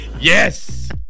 Yes